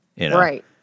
Right